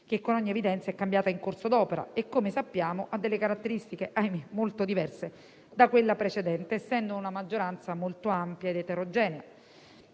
che, con ogni evidenza, è cambiata in corso d'opera e, come sappiamo, ha caratteristiche molto diverse dalla precedente - ahimè - essendo molto ampia ed eterogenea.